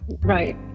right